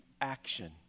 action